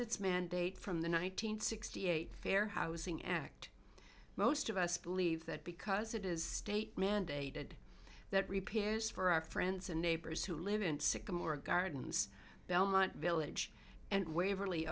its mandate from the one nine hundred sixty eight fair housing act most of us believe that because it is state mandated that repairs for our friends and neighbors who live in sycamore gardens belmont village and waverl